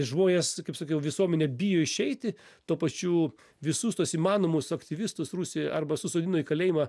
žmonės kaip sakiau visuomenė bijo išeiti tuo pačiu visus tuos įmanomus aktyvistus rusijoj arba susodino į kalėjimą